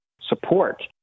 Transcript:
support